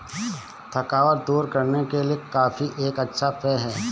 थकावट दूर करने के लिए कॉफी एक अच्छा पेय है